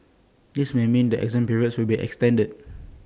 this may mean that exam periods will be extended